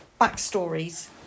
backstories